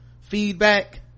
feedback